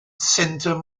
center